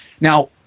Now